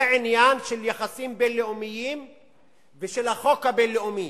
זה עניין של יחסים בין-לאומיים ושל החוק הבין-לאומי,